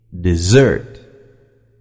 Dessert